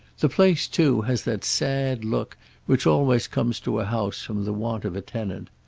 the place, too, has that sad look which always comes to a house from the want of a tenant.